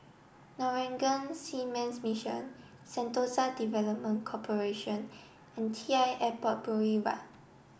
Norwegian Seamen's Mission Sentosa Development Corporation and T I Airport Boulevard